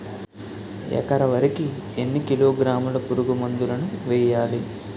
ఎకర వరి కి ఎన్ని కిలోగ్రాముల పురుగు మందులను వేయాలి?